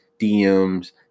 DMs